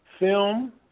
Film